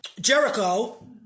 Jericho